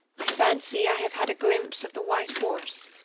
i fancy i have had a glimpse of the white horse.